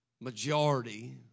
majority